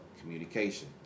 Communication